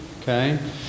Okay